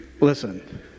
Listen